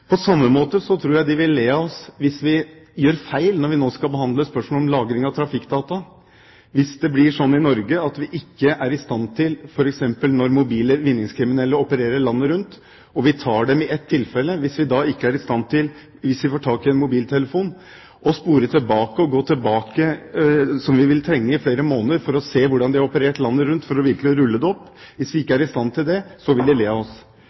På samme måte tror jeg de vil le av oss hvis vi gjør feil når vi nå skal behandle spørsmål om lagring av trafikkdata. Hvis det blir sånn i Norge når f.eks. mobile vinningskriminelle opererer landet rundt, og vi tar dem i ett tilfelle og får tak i en mobiltelefon, at vi ikke er i stand til å spore dette tilbake og gå tilbake i flere måneder, som vi vil trenge for å se hvordan de har operert landet rundt, og for virkelig å rulle det opp, så vil de le av oss.